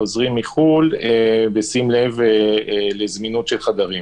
חוזרים מחו"ל בשים לב לזמינות של חדרים.